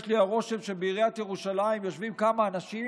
יש לי הרושם שבעיריית ירושלים יושבים כמה אנשים